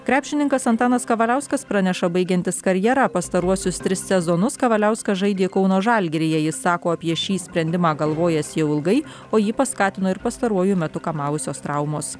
krepšininkas antanas kavaliauskas praneša baigiantis karjerą pastaruosius tris sezonus kavaliauskas žaidė kauno žalgiryje jis sako apie šį sprendimą galvojęs jau ilgai o jį paskatino ir pastaruoju metu kamavusios traumos